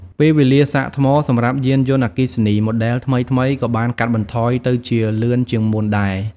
ពេលវេលាសាកថ្មសម្រាប់យានយន្តអគ្គីសនី ម៉ូដែលថ្មីៗ ក៏បានកាត់បន្ថយទៅជាលឿនជាងមុនដែរ។